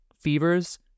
fevers